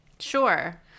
Sure